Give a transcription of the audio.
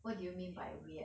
what do you mean by weird